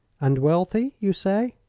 and wealthy, you say?